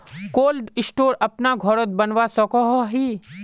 Cold store अपना घोरोत बनवा सकोहो ही?